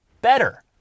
better